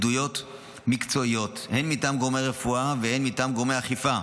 עדויות מקצועיות הן מטעם גורמי רפואה והן מטעם גורמי אכיפה,